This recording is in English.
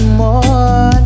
more